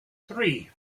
three